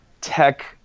tech